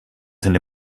sind